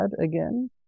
again